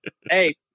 Hey